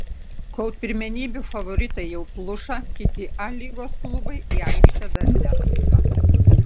kol pirmenybių favoritai jau pluša kiti a lygos klubai į aikštę dar neskuba